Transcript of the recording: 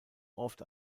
oft